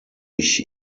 ich